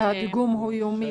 הדיגום הוא יומי.